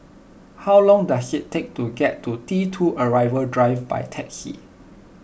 how long does it take to get to T two Arrival Drive by taxi